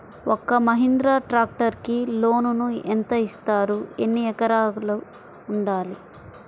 ఒక్క మహీంద్రా ట్రాక్టర్కి లోనును యెంత ఇస్తారు? ఎన్ని ఎకరాలు ఉండాలి?